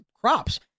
crops